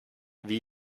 wie